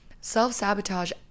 self-sabotage